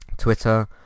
Twitter